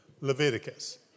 Leviticus